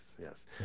yes